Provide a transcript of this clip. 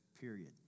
period